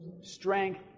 strength